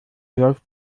läuft